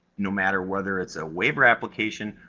no matter whether it's a waiver application,